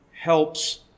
helps